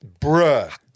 bruh